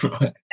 right